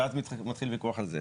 ואז מתחיל וויכוח על זה.